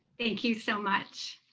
thank you so much.